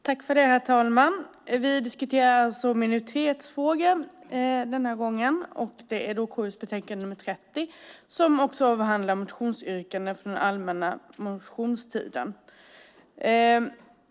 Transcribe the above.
Herr talman! Vi diskuterar minoritetsfrågor den här gången, och det är i KU:s betänkande nr 30 som också avhandlar motionsyrkanden från den allmänna motionstiden.